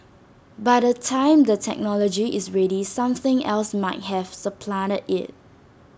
by the time the technology is ready something else might have supplanted IT